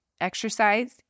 Exercise